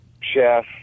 chef